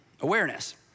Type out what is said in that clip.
awareness